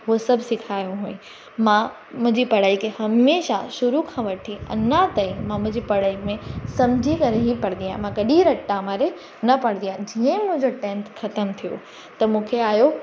हू सभु सिखाइणो हुयो मां मुंहिंजी पढ़ाई खे हमेशा शुरू खां वठी अञा ताईं पढ़ाई में समुझी करे ई पढ़ंदी आहियां मां कॾहिं रटा मारे न पढ़ंदी आहियां जीअं मुंहिंजो टैंथ ख़तमु थियो त मूंखे आयो